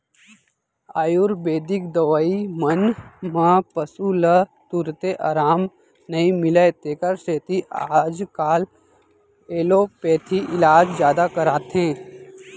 आयुरबेदिक दवई मन म पसु ल तुरते अराम नई मिलय तेकर सेती आजकाल एलोपैथी इलाज जादा कराथें